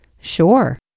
Sure